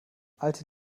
alte